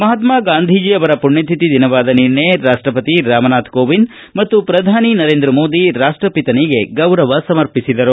ಮಹಾತ್ನ ಗಾಂಧೀಜಿ ಅವರ ಪುಣ್ಣ ತಿಥಿ ದಿನವಾದ ನಿನ್ನೆ ರಾಷ್ಲಪತಿ ರಾಮನಾಥ ಕೋವಿಂದ್ ಮತ್ತು ಪ್ರಧಾನಿ ನರೇಂದ್ರ ಮೋದಿ ರಾಷ್ಲಪತನಿಗೆ ಗೌರವ ಸಮರ್ಪಿಸಿದರು